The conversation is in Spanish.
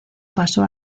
pasó